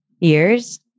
years